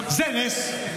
זה נס.